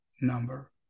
number